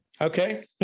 Okay